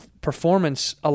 performance